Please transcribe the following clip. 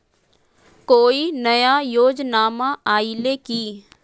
कोइ नया योजनामा आइले की?